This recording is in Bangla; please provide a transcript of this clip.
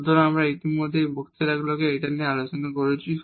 সুতরাং আমরা ইতিমধ্যে শেষ বক্তৃতাগুলিতে এটি নিয়ে আলোচনা করেছি